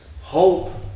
Hope